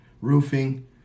roofing